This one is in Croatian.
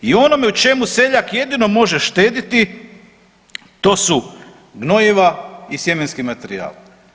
I u onome u čem seljak jedino može štediti to su gnojiva i sjemenski materijal.